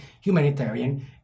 humanitarian